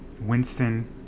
winston